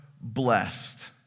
blessed